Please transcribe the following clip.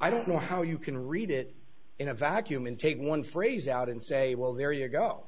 i don't know how you can read it in a vacuum and take one phrase out and say well there you go